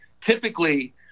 typically